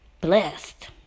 blessed